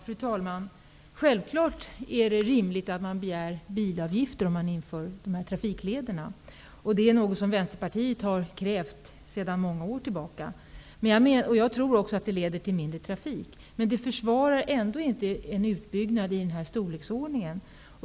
Fru talman! Självfallet är det rimligt att man begär bilavgifter om de här trafiklederna införs. Det är någonting som Vänsterpartiet har krävt sedan många år tillbaka. Jag tror också att det leder till mindre trafik, men det försvarar ändå inte en utbyggnad i den här storleksordningen.